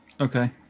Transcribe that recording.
Okay